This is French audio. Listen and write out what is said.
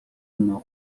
une